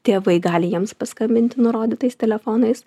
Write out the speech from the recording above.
tėvai gali jiems paskambinti nurodytais telefonais